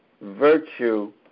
virtue